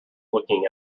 looking